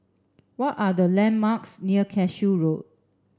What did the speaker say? what are the landmarks near Cashew Road